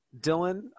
Dylan